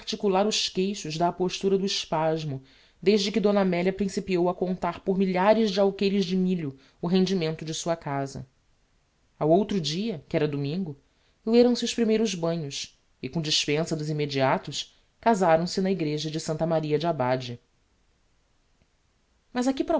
os queixos da apostura do espasmo desde que d amelia principiou a contar por milhares de alqueires de milho o rendimento de sua casa ao outro dia que era domingo leram se os primeiros banhos e com dispensa dos immediatos casaram-se na igreja de santa maria de abbade